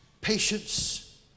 patience